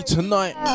Tonight